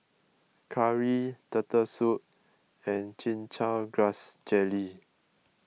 Curry Turtle Soup and Chin Chow Grass Jelly